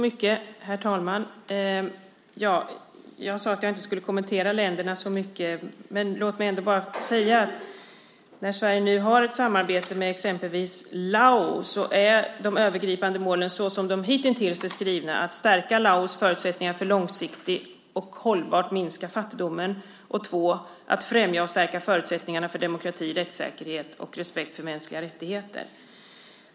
Herr talman! Jag sade att jag inte skulle kommentera länderna så mycket. Låt mig ändå säga att när Sverige nu har ett samarbete med exempelvis Laos är de övergripande målen, såsom de hitintills är skrivna, för det första att stärka Laos förutsättningar för att långsiktigt och hållbart minska fattigdomen och för det andra att främja och stärka förutsättningar för demokrati, rättsäkerhet och respekt för mänskliga rättigheter.